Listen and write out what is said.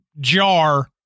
jar